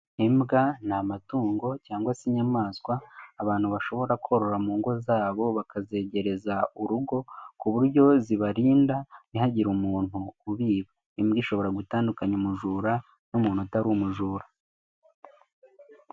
Imbwa ni amatungo cyangwa se inyamaswa abantu bashobora korora mu ngo zabo bakazegereza urugo. Ku buryo zibarinda ntihagire umuntu ubiba. Imbwa ishobora gutandukanya umujura n'umuntu utari umujura.